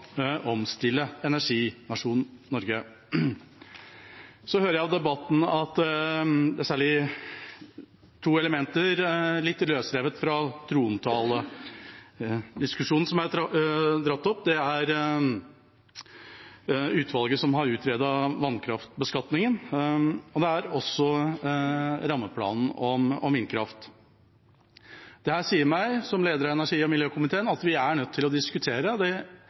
omstille energinasjonen Norge. Jeg hører av debatten særlig to elementer som er dratt fram, litt løsrevet fra trontalediskusjonen: Det er utvalget som har utredet vannkraftbeskatningen, og det er rammeplanen for vindkraft. Dette sier meg, som leder av energi- og miljøkomiteen, at vi er nødt til å diskutere energi mer i Stortinget. Det